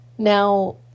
Now